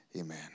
Amen